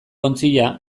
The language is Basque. ontzia